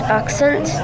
accent